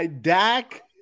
Dak